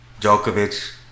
Djokovic